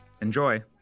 Enjoy